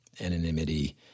anonymity